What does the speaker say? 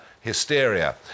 hysteria